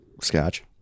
scotch